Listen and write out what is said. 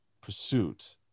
pursuit